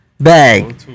bag